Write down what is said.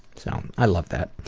so, um i love that.